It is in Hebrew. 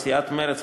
מסיעת מרצ,